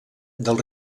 del